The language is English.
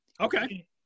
Okay